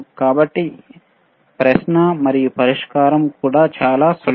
కాబట్టి ప్రశ్న మరియు పరిష్కారం కూడా చాలా సులభం